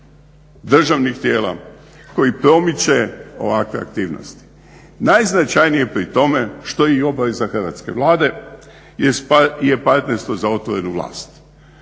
državnih tijela, koji promiče ovakve aktivnosti. Najznačajnije pri tome što je i obaveza Hrvatske vlade je partnerstvo za otvorenu vlast.